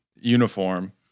uniform